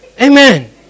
Amen